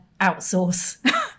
outsource